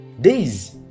days